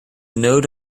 node